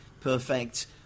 perfect